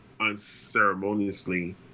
unceremoniously